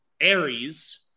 Aries